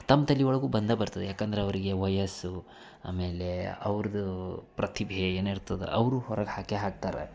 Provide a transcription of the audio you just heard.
ತಮ್ಮ ತಲೆಯೊಳ್ಗೂ ಬಂದೇ ಬರ್ತದೆ ಯಾಕಂದರೆ ಅವರಿಗೆ ವಯಸ್ಸು ಆಮೇಲೆ ಅವ್ರದ್ದು ಪ್ರತಿಭೆ ಏನಿರ್ತದೆ ಅವ್ರು ಹೊರಗೆ ಹಾಕೇ ಹಾಕ್ತಾರೆ